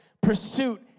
Pursuit